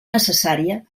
necessària